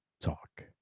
Talk